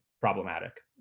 problematic